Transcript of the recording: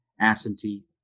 absentee